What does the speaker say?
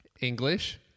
English